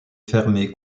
fermée